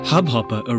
Hubhopper